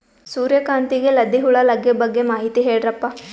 ಸೂರ್ಯಕಾಂತಿಗೆ ಲದ್ದಿ ಹುಳ ಲಗ್ಗೆ ಬಗ್ಗೆ ಮಾಹಿತಿ ಹೇಳರಪ್ಪ?